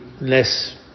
less